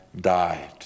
died